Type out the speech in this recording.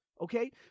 okay